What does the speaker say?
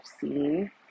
seen